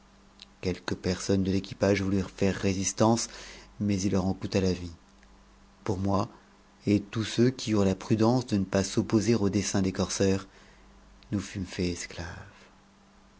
quelques personnes de l'équipage voulurent faire résistance mais il leur en coûta la vie pour moi et pour tous ceux qui eurent la prudence de ne pas s'opposer au dessein des corsaires nous fumes faits